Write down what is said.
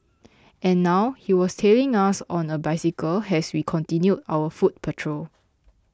and now he was tailing us on a bicycle as we continued our foot patrol